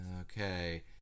Okay